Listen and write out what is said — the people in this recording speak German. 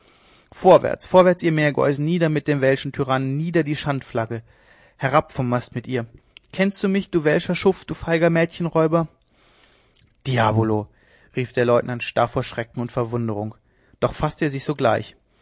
vorwärts vorwärts ihr meergeusen nieder mit den welschen tyrannen nieder die schandflagge herab vom mast mit ihr kennst du mich du welscher schuft du feiger mädchenräuber diavolo rief der leutnant starr vor schrecken und verwunderung doch faßte er sich sogleich